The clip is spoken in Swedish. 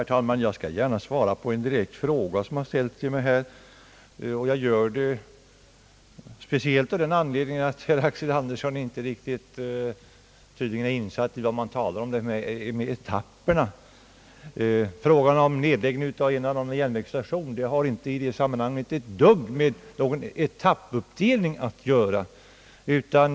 Herr talman! Jag skall gärna svara på den direkta fråga som har ställts till mig, särskilt som herr Axel Andersson tydligen inte är riktigt insatt i det han talar om, nämligen etapperna. Frågan om nedläggning av en eller annan järnvägsstation har inte ett dugg med någon etappuppdelning att göra.